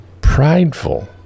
prideful